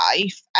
life